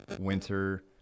winter